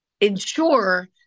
ensure